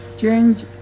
Change